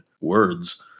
words